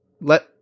let